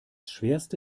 schwerste